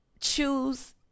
choose